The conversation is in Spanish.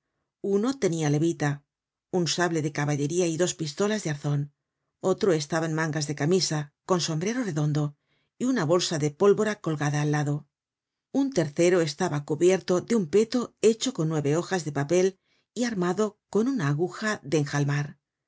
uno tenia levita un sable de caballería y dos pistolas de arzon otro estaba en mangas de camisa con sombrero redondo y una bolsa de pólvora colgada al lado un tercero estaba cubierto de un peto hecho con nueve hojas de papel y armado con una aguja de enjalmar